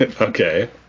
Okay